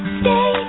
stay